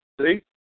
See